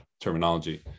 terminology